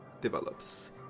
develops